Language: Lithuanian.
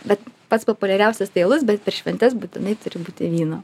bet pats populiariausias tai alus bet per šventes būtinai turi būti vyno